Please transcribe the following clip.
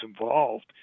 involved